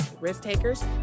risk-takers